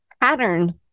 pattern